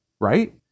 right